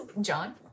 john